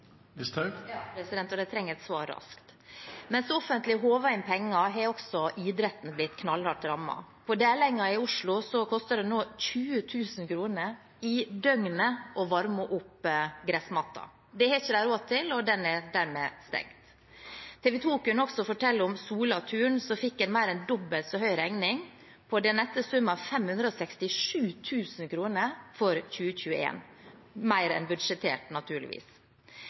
trenger et svar raskt. Mens det offentlige håver inn penger, har også idretten blitt knallhardt rammet. På Dælenenga i Oslo koster det nå 20 000 kr i døgnet å varme opp gressmatten. Det har de ikke råd til, og den er dermed stengt. TV 2 kunne også fortelle om Sola Turn, som fikk en mer enn dobbelt så høy regning, på den nette sum av 567 000 kr, for 2021 – mer enn budsjettert, naturligvis.